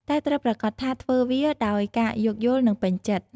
តែត្រូវប្រាកដថាធ្វើវាដោយការយោគយល់ និងពេញចិត្ត។